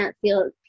feel